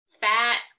fat